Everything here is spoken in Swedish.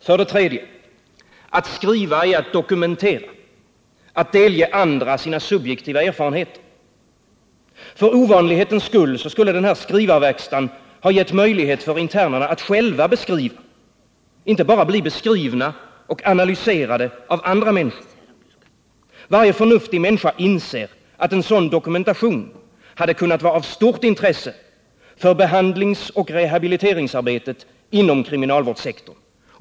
För det tredje: Att skriva är att dokumentera — att delge andra sina subjektiva erfarenheter. För ovanlighetens skull hade den här skrivarverkstaden gett internerna möjlighet att själva beskriva, inte bara bli beskrivna och analyserade av andra människor. Varje förnuftig människa inser att en sådan dokumentation hade kunnat vara av stort intresse för behandlingsoch rehabiliteringsarbetet inom kriminalvårdssektorn.